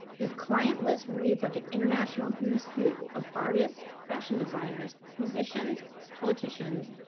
his client list reads like an international who's who of artists, fashion designers, musicians, politicians,